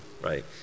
right